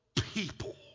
people